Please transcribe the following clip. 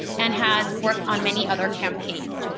and has worked on many other campaigns.